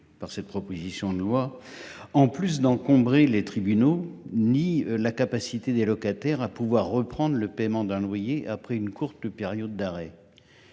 par cette proposition de loi en plus d'encombrer les tribunaux ni la capacité des locataires à pouvoir reprendre le paiement d'un loyer. Après une courte période d'arrêt.